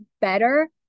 better